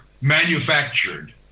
manufactured